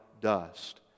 dust